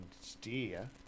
steer